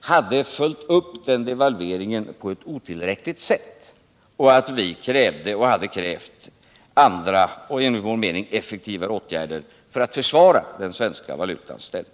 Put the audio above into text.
hade följt upp devalveringen på ett otillräckligt sätt och att vi krävde och hade krävt andra och, enligt vår mening, effektivare åtgärder för att försvara den svenska valutans ställning.